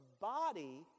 body